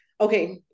Okay